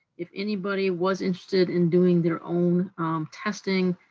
if anybody was interested in doing their own testing,